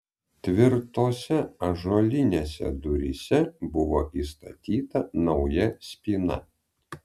tvirtose ąžuolinėse duryse buvo įstatyta nauja spyna